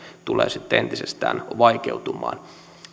tulee sitten entisestään vaikeutumaan